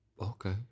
Okay